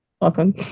Welcome